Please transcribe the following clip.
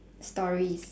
stories